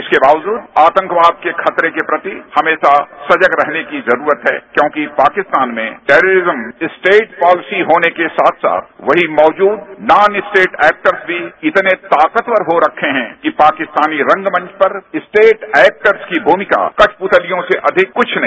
इसके बावजूद आतंकवाद के खतरे के प्रति हमेशा सजग रहने की जरूरत है क्योंकि पाकिस्तान में टेरीरिज्म स्टेट पॉलिसी होने के साथ साथ वहीं मौजूद नॉन स्टेट एक्टर्स भी इतने ताकतवर हो रखे हैं कि पाकिस्तानी रंगमंच पर स्टेट एक्टर्स की भूमिका कठपुतलियों से अधिक कुछ नहीं